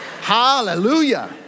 hallelujah